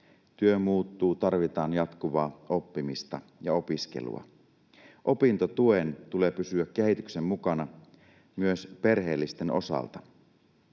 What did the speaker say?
Työ muuttuu, tarvitaan jatkuvaa oppimista ja opiskelua. Opintotuen tulee pysyä kehityksen mukana myös perheellisten osalta.